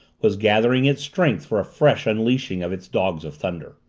was gathering its strength for a fresh unleashing of its dogs of thunder.